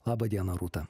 laba diena rūta